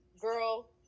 girl